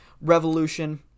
revolution